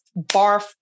barf